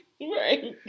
Right